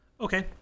okay